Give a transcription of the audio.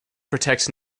protect